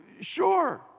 Sure